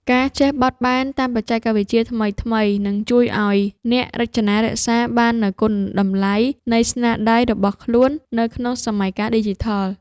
ការចេះបត់បែនតាមបច្ចេកវិទ្យាថ្មីៗនឹងជួយឱ្យអ្នករចនារក្សាបាននូវគុណតម្លៃនៃស្នាដៃរបស់ខ្លួននៅក្នុងសម័យកាលឌីជីថល។